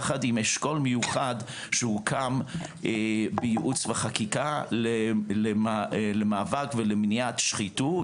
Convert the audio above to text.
יחד עם אשכול מיוחד שהוקם בייעוץ וחקיקה למאבק ולמניעת שחיתות,